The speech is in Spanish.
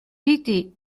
piti